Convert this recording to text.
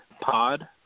Pod